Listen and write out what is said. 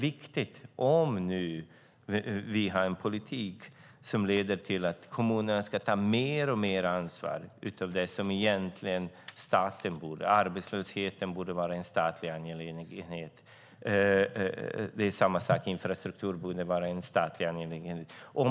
Nu har vi en politik som leder till att kommunerna ska ta mer och mer ansvar för det som staten egentligen borde ansvara för. Arbetslösheten borde vara en statlig angelägenhet. Samma sak gäller för infrastrukturen.